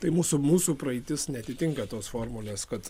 tai mūsų mūsų praeitis neatitinka tos formulės kad